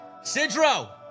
Sidro